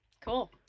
Cool